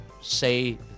say